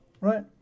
right